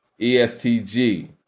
ESTG